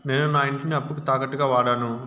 నేను నా ఇంటిని అప్పుకి తాకట్టుగా వాడాను